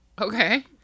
Okay